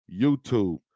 YouTube